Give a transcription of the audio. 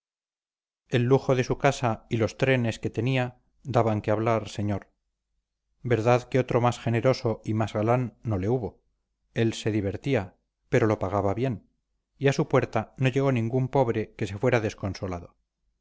el lujo de su casa y los trenes que tenía daban que hablar señor verdad que otro más generoso y más galán no le hubo él se divertía pero lo pagaba bien y a su puerta no llegó ningún pobre que se fuera desconsolado